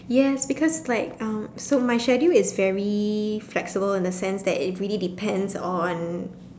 yes because like uh so my schedule is very flexible in a sense that it really depends on